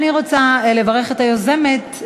אני רוצה לברך את היוזמת,